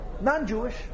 non-Jewish